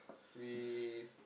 we